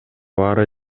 баары